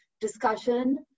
discussion